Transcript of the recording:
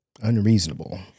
unreasonable